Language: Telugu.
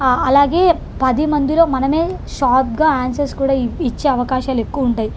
అలాగే పది మందిలో మనమే షార్ప్గా ఆన్సర్స్ కూడా ఇ ఇచ్చే అవకాశాలు ఎక్కువుంటాయి